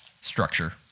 structure